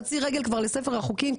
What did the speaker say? חצי רגל כבר לספר החוקים,